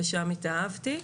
ושם התאהבתי.